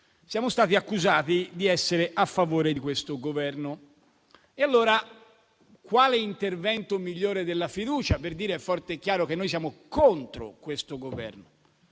siamo stati accusati di essere a favore di questo Governo. E allora quale intervento migliore della fiducia per dire forte e chiaro che noi siamo contro questo Governo.